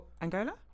Angola